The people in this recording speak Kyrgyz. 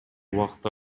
убакта